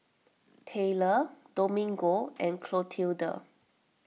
Tayler Domingo and Clotilda